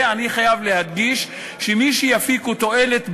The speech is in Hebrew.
ואני חייב להדגיש שמי שיפיקו תועלת,